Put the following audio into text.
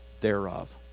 thereof